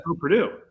Purdue